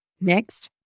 Next